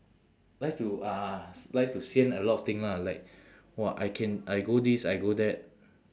like to ah like to sian a lot of thing lah like !wah! I can I go this I go that